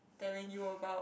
telling you about